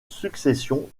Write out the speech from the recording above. succession